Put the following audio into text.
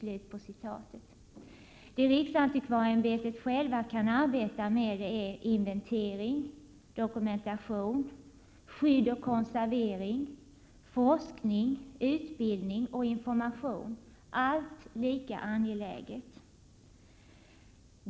Det riksantikvarieämbetet självt kan arbeta med är inventering, dokumentation, skydd och konservering, forskning, utbildning och information, allt lika angeläget.